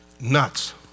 nuts